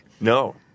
No